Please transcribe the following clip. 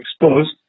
exposed